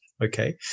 Okay